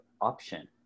option